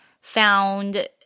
found